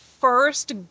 first